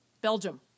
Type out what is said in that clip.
Belgium